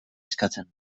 eskatzen